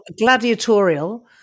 gladiatorial